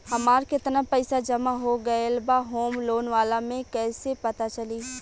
हमार केतना पईसा जमा हो गएल बा होम लोन वाला मे कइसे पता चली?